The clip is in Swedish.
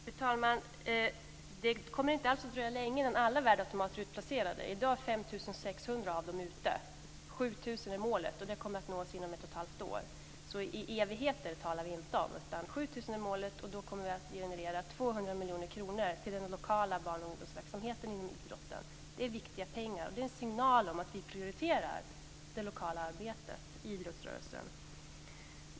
Fru talman! Det kommer inte alls att dröja länge innan alla värdeautomater är utplacerade. I dag är 5 600 av dem utplacerade, och 7 000 är målet. Det kommer att nås inom ett och ett halvt år. Vi talar alltså inte om några evigheter. Målet är 7 000 automater, och dessa kommer att generera 200 miljoner kronor till den lokala barn och ungdomsverksamheten inom idrotten. Det är viktiga pengar, och det är en signal om att vi prioterar det lokala arbetet i idrottsrörelsen.